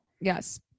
Yes